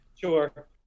sure